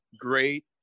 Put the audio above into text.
great